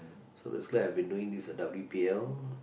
so this guy has been doing W_P_L